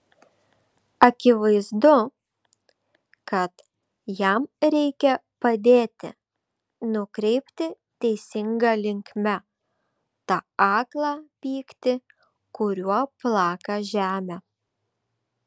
akivaizdu kad jam reikia padėti nukreipti teisinga linkme tą aklą pyktį kuriuo plaka žemę